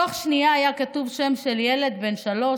בתוך שנייה היה כתוב שם של ילד בן שלוש,